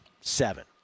Seven